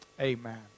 Amen